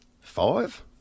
Five